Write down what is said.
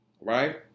Right